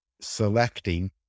selecting